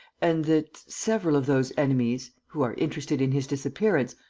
and that several of those enemies, who are interested in his disappearance,